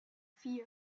vier